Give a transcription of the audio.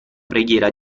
preghiera